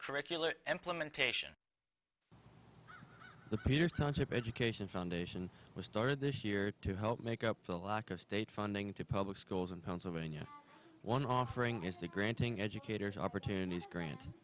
curricular implementation the peer township education foundation was started this year to help make up for the lack of state funding to public schools in pennsylvania one offering is the granting educators opportunities grant